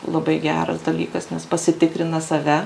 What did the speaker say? labai geras dalykas nes pasitikrina save